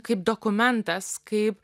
kaip dokumentas kaip